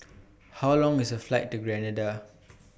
How Long IS The Flight to Grenada